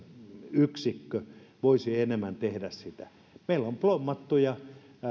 yksikkö voisi enemmän tehdä sitä meillä on plommattuja